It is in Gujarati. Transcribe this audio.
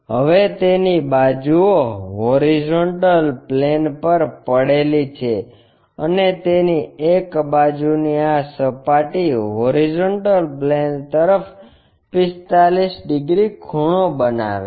હવે તેની બાજુઓ HP પર પડેલી છે અને તેની એક બાજુની આ સપાટી HP તરફ 45 ડિગ્રી ખૂણો બનાવે છે